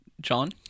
John